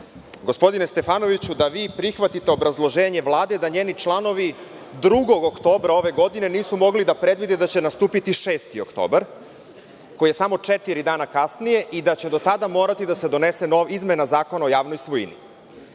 gospodine Stefanoviću, da prihvatite obrazloženje Vlade da njeni članovi 2. oktobra ove godine nisu mogli da predvide da će nastupiti 6. oktobar koji je samo četiri dana kasnije i da će do tada morati da se donese izmena Zakona o javnoj svojini. Onda